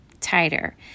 tighter